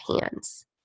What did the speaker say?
hands